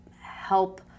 help